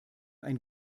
ein